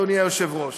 אדוני היושב-ראש,